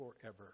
forever